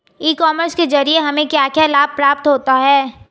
ई commerce के ज़रिए हमें क्या क्या लाभ प्राप्त होता है?